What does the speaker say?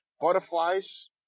butterflies